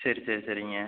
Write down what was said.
சரி சரி சரிங்க